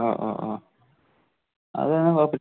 ആ ആ ആ അതാണേലും കുഴപ്പ